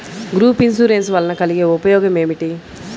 Group insurance వలన కలిగే ఉపయోగమేమిటీ?